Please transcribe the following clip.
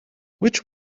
which